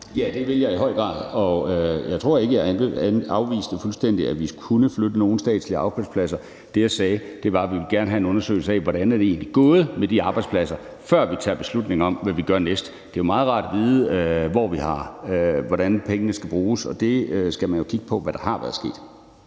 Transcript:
Ja, det vil jeg, og jeg tror ikke, at jeg fuldstændig afviste, at vi kunne flytte nogle statslige arbejdspladser ud. Det, jeg sagde, var, at vi gerne ville have en undersøgelse af, hvordan det egentlig er gået med de arbejdspladser, før vi tager beslutning om, hvad vi gør næste gang. Det er jo meget rart at vide, hvordan pengene skal bruges, og der skal man jo kigge på, hvad der har været sket.